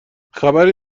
خبری